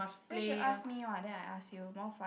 you should ask me what then I ask you more fun